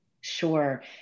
Sure